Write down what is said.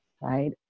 right